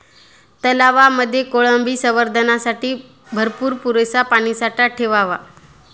तलावांमध्ये कोळंबी संवर्धनासाठी वर्षभर पुरेसा पाणीसाठा ठेवावा